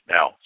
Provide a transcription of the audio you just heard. Now